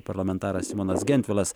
parlamentaras simonas gentvilas